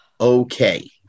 okay